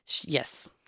Yes